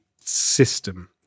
system –